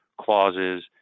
clauses